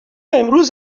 امروز